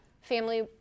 family